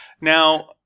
Now